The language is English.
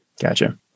Gotcha